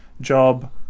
job